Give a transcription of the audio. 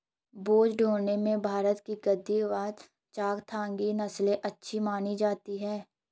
बोझा ढोने में भारत की गद्दी व चांगथागी नस्ले अच्छी मानी जाती हैं